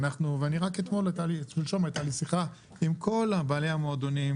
רק שלשום הייתה לי שיחה עם כל בעלי המועדוניות